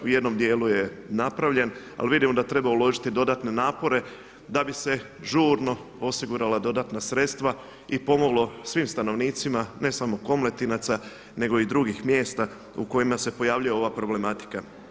U jednom dijelu je napravljen, ali vidimo da treba uložiti dodatne napore da bi se žurno osigurala dodatna sredstva i pomoglo svim stanovnicima, ne samo Komletinaca, nego i drugih mjesta u kojima se pojavljuje ova problematika.